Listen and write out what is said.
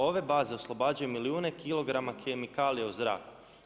Ove baze oslobađaju milijune kilograma kemikalija u zrak.